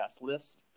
list